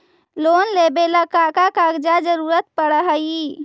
Loan लेवेला का का कागजात जरूरत पड़ हइ?